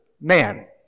man